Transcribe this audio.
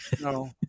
no